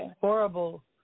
horrible